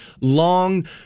long